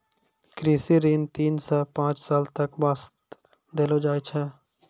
कृषि ऋण तीन सॅ पांच साल तक वास्तॅ देलो जाय छै